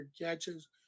catches